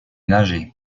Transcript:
nager